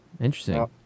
Interesting